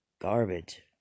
garbage